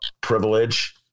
privilege